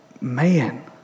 man